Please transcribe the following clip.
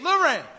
Lorraine